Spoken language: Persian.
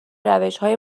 روشهای